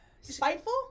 Spiteful